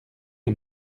les